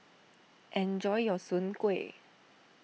enjoy your Soon Kueh